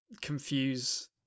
confuse